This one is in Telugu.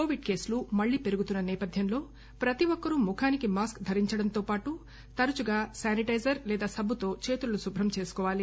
కోవిడ్ కేసులు మళ్లీ పెరుగుతున్న సేపథ్యంలో ప్రతి ఒక్కరూ ముఖానికి మాస్క్ ధరించడంతో పాటు తరచుగా శానిటైజర్ తో చేతులు కుభ్రం చేసుకోవాలి